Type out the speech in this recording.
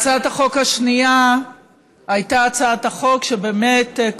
הצעת החוק השנייה הייתה הצעת חוק שקובעת